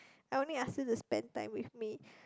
I only ask you to spend time with me